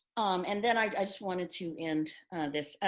um and then i just wanted to end this.